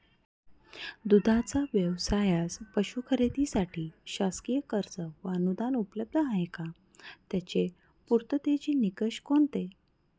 दूधाचा व्यवसायास पशू खरेदीसाठी शासकीय कर्ज व अनुदान उपलब्ध आहे का? त्याचे पूर्ततेचे निकष कोणते?